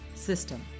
system